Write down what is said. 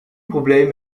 problemen